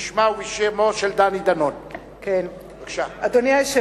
בבקשה, בשמה ובשם חבר הכנסת